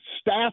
staff